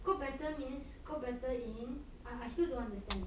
good better means got better in I I still don't understand